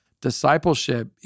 discipleship